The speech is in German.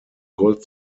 gold